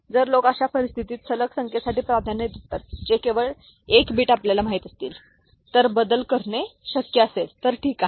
तर जर लोक अशा परिस्थितीत सलग संख्येसाठी प्राधान्य देतात जे केवळ 1 बिट आपल्याला माहित असतील जर बदल करणे शक्य असेल तर ठीक आहे